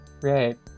Right